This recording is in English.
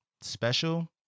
special